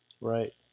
right